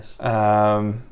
Yes